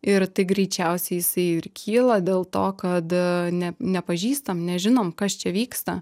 ir tai greičiausiai jisai ir kyla dėl to kad ne nepažįstam nežinom kas čia vyksta